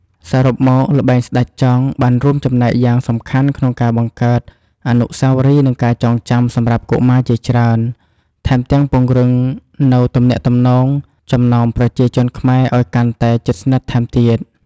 សរុបមក ល្បែងស្ដេចចង់ បានរួមចំណែកយ៉ាងសំខាន់ក្នុងការបង្កើតអនុស្សាវរីយ៍និងការចងចាំសម្រាប់កុមារជាច្រើន ថែមទាំងពង្រឹងនូវទំនាក់ទំនងចំណោមប្រជាជនខ្មែរឲ្យកាន់តែ ជិតស្និទ្ធ ថែមទៀត។